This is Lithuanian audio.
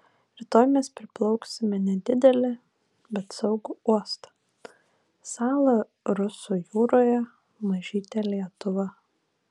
rytoj mes priplauksime nedidelį bet saugų uostą salą rusų jūroje mažytę lietuvą